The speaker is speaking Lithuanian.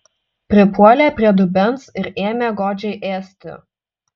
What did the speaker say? pripuolė prie dubens ir ėmė godžiai ėsti